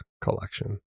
collection